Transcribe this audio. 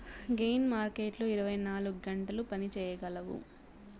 gain మార్కెట్లు ఇరవై నాలుగు గంటలు పని చేయగలవు